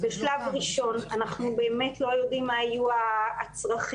בשלב ראשון אנחנו באמת לא יודעים מה יהיו הצרכים.